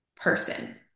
person